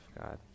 God